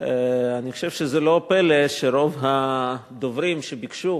אני חושב שזה לא פלא שרוב הדוברים שביקשו